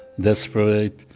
desperate,